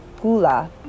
Gula